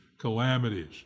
calamities